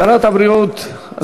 שרת הבריאות,